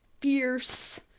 fierce